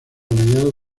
mediados